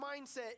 mindset